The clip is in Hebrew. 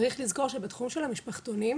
צריך לזכור שבתחום של המשפחתונים,